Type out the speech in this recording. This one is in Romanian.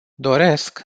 doresc